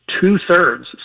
two-thirds